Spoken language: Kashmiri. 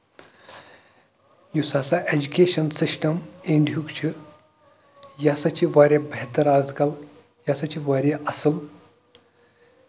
یُس ہسا ایٚجوٗکیشن سِسٹم اِنڑیُہُک چھُ یہِ ہسا چھُ واریاہ بہتر آز کل یہِ سا چھُ واریاہ اَصٕل